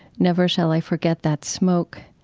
never shall i forget that smoke.